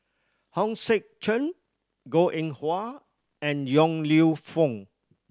Hong Sek Chern Goh Eng Wah and Yong Lew Foong